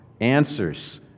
answers